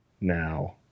now